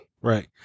Right